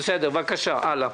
בבקשה, הלאה.